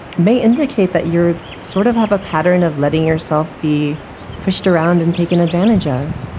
may indicate that you're sort of have a pattern of letting yourself be pushed around and taken advantage of?